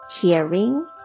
hearing